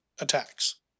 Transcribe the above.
attacks